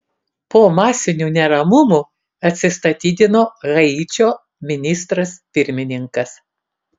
po masinių neramumų atsistatydina haičio ministras pirmininkas